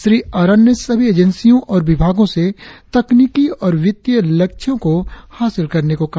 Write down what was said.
श्री आरान ने सभी एजेंसियों और विभागों से तकनिकी और वित्तीय लक्ष्यों को हासिल करने को कहा